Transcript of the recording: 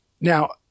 now